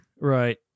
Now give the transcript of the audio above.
Right